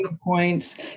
points